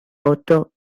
otto